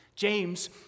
James